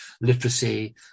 literacy